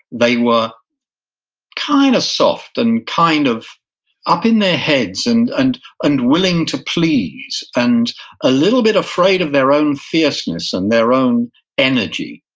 they were kind of soft and kind of up in their heads and and willing to please, and a little bit afraid of their own fierceness and their own energy.